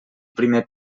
primer